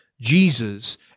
Jesus